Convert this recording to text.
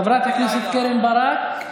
חברת הכנסת קרן ברק,